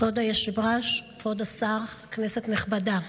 כבוד היושב-ראש, כבוד השר, כנסת נכבדה,